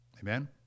Amen